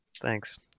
Thanks